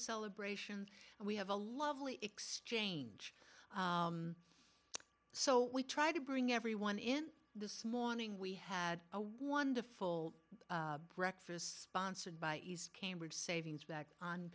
celebrations and we have a lovely exchange so we try to bring everyone in this morning we had a wonderful breakfast sponsored by east cambridge savings back on